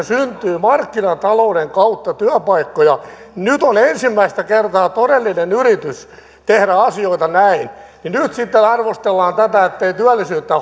syntyy markkinatalouden kautta työpaikkoja nyt kun on ensimmäistä kertaa todellinen yritys tehdä asioita näin niin nyt sitten arvostellaan tätä ettei työllisyyttä